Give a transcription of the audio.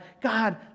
God